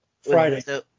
Friday